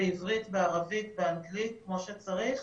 בעברית, בערבית, באנגלית, כמו שצריך.